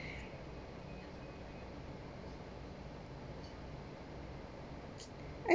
I